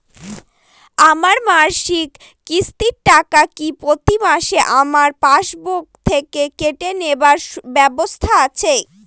আমার মাসিক কিস্তির টাকা কি প্রতিমাসে আমার পাসবুক থেকে কেটে নেবার ব্যবস্থা আছে?